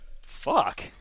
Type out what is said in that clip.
Fuck